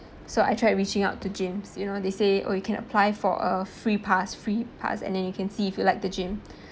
so I tried reaching out to gyms you know they say oh you can apply for a free pass free pass and then you can see if you like the gym